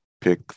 pick